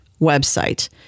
website